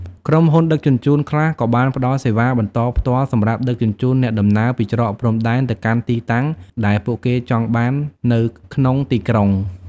ក្រុមហ៊ុនដឹកជញ្ជូនខ្លះក៏បានផ្តល់សេវាបន្តផ្ទាល់សម្រាប់ដឹកជញ្ជូនអ្នកដំណើរពីច្រកព្រំដែនទៅកាន់ទីតាំងដែលពួកគេចង់បាននៅក្នុងទីក្រុង។